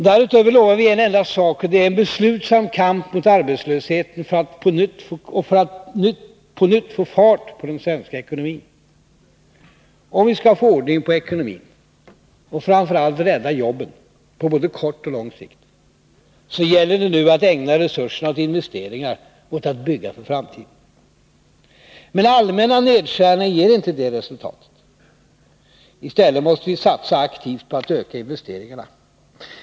Därutöver lovar vi en enda sak, och det är beslutsam kamp mot arbetslösheten för att på nytt få fart på den svenska ekonomin. Om vi skall få ordning på ekonomin och framför allt rädda jobben på både kort och lång sikt gäller det nu att ägna resurserna åt investeringar, åt att bygga för framtiden. Men allmänna nedskärningar ger inte det resultatet. I stället måste vi satsa aktivt på att öka investeringarna.